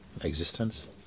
existence